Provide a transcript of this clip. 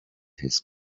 his